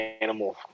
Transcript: animal